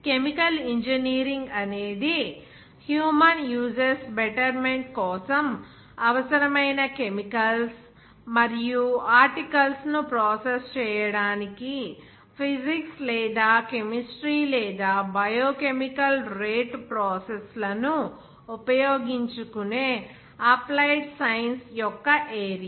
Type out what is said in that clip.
chemical engineering అనేది human uses betterment కోసం అవసరమైన కెమికల్స్ మరియు ఆర్టికల్స్ ను ప్రాసెస్ చేయడానికి ఫిజిక్స్ లేదా కెమిస్ట్రీ లేదా బయోకెమికల్ రేటు ప్రాసెస్ లను ఉపయోగించుకునే అప్లైడ్ సైన్స్ యొక్క ఏరియా